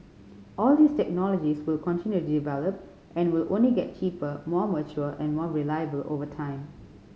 all these technologies will continue to develop and will only get cheaper more mature and more reliable over time